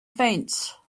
fence